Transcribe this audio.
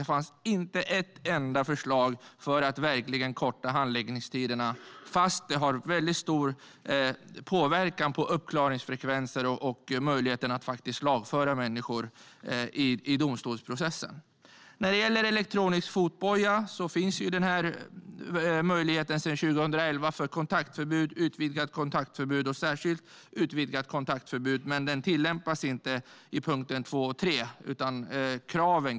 Det fanns inte ett enda förslag för att verkligen korta handläggningstiderna trots att det har väldigt stor påverkan på uppklaringsfrekvenser och möjligheten att faktiskt lagföra människor i domstolsprocessen. När det gäller elektronisk fotboja finns den möjligheten sedan 2011 vid kontaktförbud, utvidgat kontaktförbud och särskilt utvidgat kontaktförbud. Men den tillämpas inte i punkt 2 och 3.